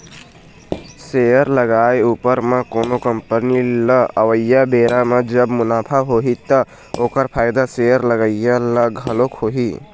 share लगाए उपर म कोनो कंपनी ल अवइया बेरा म जब मुनाफा होही ता ओखर फायदा शेयर लगइया ल घलोक होही